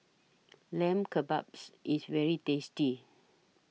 Lamb Kebabs IS very tasty